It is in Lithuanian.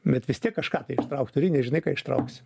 bet vis tiek kažką tai ištraukt turi nežinai ką ištrauksi